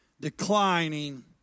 declining